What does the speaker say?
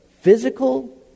physical